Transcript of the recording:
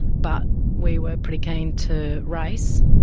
but we were pretty keen to race.